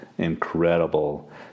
Incredible